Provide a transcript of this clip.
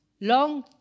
long